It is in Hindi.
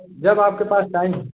जब आपके पास टाइम हो